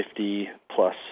50-plus